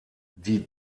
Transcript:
die